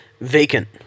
vacant